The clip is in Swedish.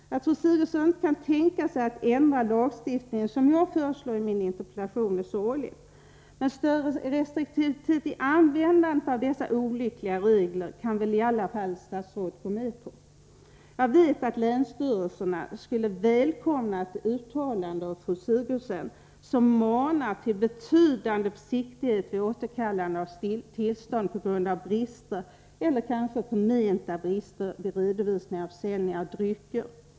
Att fru Sigurdsen inte kan tänka sig att ändra lagstiftningen så som jag föreslår i interpellationen är sorgligt. Men större restriktivitet i användandet av dessa olyckliga regler kan väl i alla fall statsrådet gå med på? Jag vet att länsstyrelserna skulle välkomna ett uttalande av fru Sigurdsen som manar till betydande försiktighet vid återkallande av tillstånd på grund av brister — eller kanske förmenta brister — vid redovisning av försäljning av drycker.